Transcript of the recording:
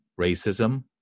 racism